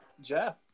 Jeff